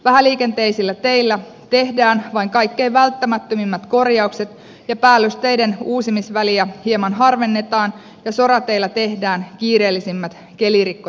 vähäliikenteisillä teillä tehdään vain kaikkein välttämättömimmät korjaukset ja päällysteiden uusimisväliä hieman harvennetaan ja sorateillä tehdään kiireellisimmät kelirikkotyöt